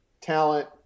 talent